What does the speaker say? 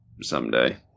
someday